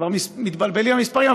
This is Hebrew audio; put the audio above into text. כבר מתבלבלים המספרים.